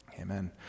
Amen